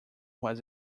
was